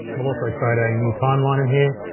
we'll also create a new timeline in here.